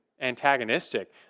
antagonistic